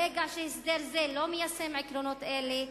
ברגע שהסדר זה לא מיישם את העקרונות האלה,